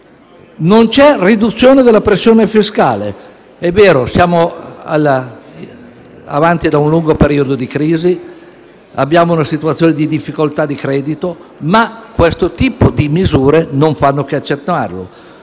Non c'è riduzione della pressione fiscale. È vero, siamo usciti da un lungo periodo di crisi e abbiamo una situazione di difficoltà di credito, ma questo tipo di misure non fanno che accentuarlo.